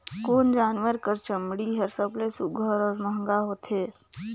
कोन जानवर कर चमड़ी हर सबले सुघ्घर और महंगा होथे?